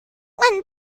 when